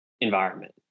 environment